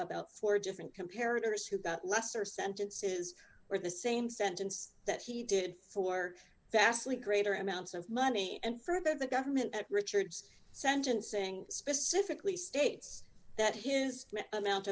about four different comparatives who got lesser sentences or the same sentence that he did for vastly greater amounts of money and further the government at richard's sentencing specifically states that his amount